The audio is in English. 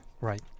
Right